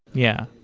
yeah.